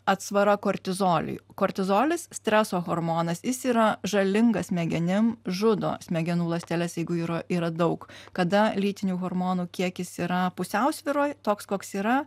atsvara kortizoliui kortizolis streso hormonas jis yra žalingas smegenim žudo smegenų ląsteles jeigu yra yra daug kada lytinių hormonų kiekis yra pusiausvyroj toks koks yra